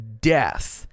death